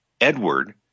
Edward